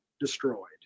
destroyed